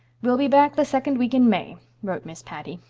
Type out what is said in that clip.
we'll be back the second week in may wrote miss patty.